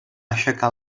aixecar